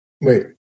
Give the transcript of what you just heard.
Wait